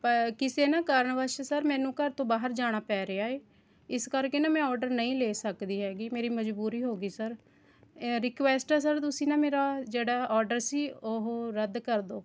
ਪਰ ਕਿਸੇ ਨਾ ਕਾਰਨ ਵਸ਼ ਸਰ ਮੈਨੂੰ ਘਰ ਤੋਂ ਬਾਹਰ ਜਾਣਾ ਪੈ ਰਿਹਾ ਹੈ ਇਸ ਕਰਕੇ ਨਾ ਮੈਂ ਆਰਡਰ ਨਹੀਂ ਲੈ ਸਕਦੀ ਹੈਗੀ ਮੇਰੀ ਮਜ਼ਬੂਰੀ ਹੋ ਗਈ ਸਰ ਰਿਕੁਏਸਟ ਆ ਸਰ ਤੁਸੀਂ ਨਾ ਮੇਰਾ ਜਿਹੜਾ ਆਰਡਰ ਸੀ ਉਹ ਰੱਦ ਕਰ ਦੋ